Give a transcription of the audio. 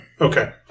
Okay